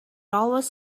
always